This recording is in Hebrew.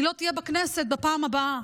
היא לא תהיה בכנסת בפעם הבאה.